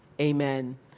amen